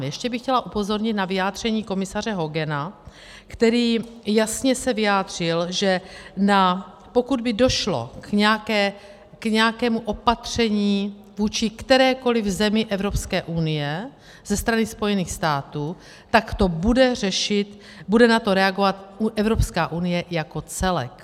Ještě bych chtěla upozornit na vyjádření komisaře Hogana, který se jasně vyjádřil, že pokud by došlo k nějakému opatření vůči kterékoli zemi Evropské unie ze strany Spojených států, tak to bude řešit, bude na to reagovat Evropská unie jako celek.